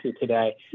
today